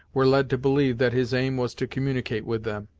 were led to believe that his aim was to communicate with them,